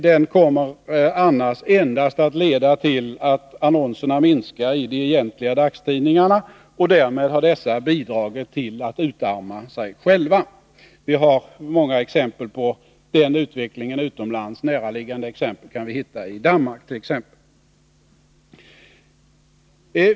Den kommer annars endast att leda till att annonserna minskar i de egentliga dagstidningarna, och därmed har dessa bidragit till att utarma sig själva. Det finns många exempel på den utvecklingen utomlands. Näraliggande exempel kan vi hitta i Danmark.